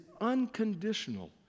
unconditional